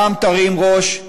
פעם תרים ראש,